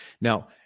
now